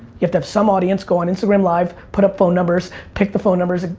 you have to have some audience, go on instagram live, put up phone numbers, pick the phone numbers.